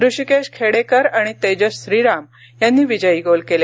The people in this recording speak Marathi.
ऋषिकेश खेडेकर आणि तेजस श्रीराम यांनी विजयी गोल केले